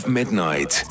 midnight